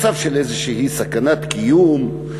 מצב של איזושהי סכנת קיום,